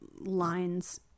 lines